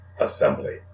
assembly